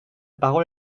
parole